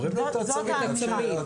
זאת האמירה.